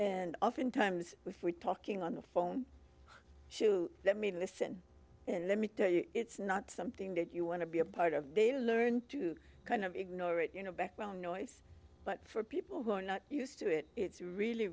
and oftentimes with were talking on the phone to let me listen and let me tell you it's not something that you want to be a part of they learn to kind of ignore it you know background noise but for people who are not used to it it's really